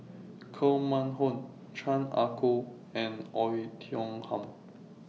Koh Mun Hong Chan Ah Kow and Oei Tiong Ham